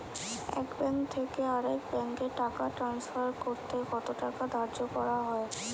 এক ব্যাংক থেকে আরেক ব্যাংকে টাকা টান্সফার করতে কত টাকা ধার্য করা হয়?